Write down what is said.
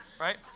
Right